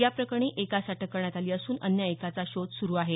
या प्रकरणी एकास अटक करण्यात आली असून अन्य एकाचा शोध सुरू आहे